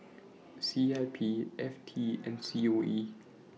C I P F T and C O E